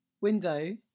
window